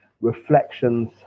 Reflections